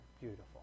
beautiful